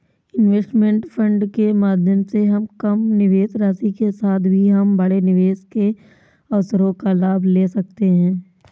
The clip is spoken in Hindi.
इनवेस्टमेंट फंड के माध्यम से हम कम निवेश राशि के साथ भी हम बड़े निवेश के अवसरों का लाभ ले सकते हैं